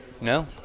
no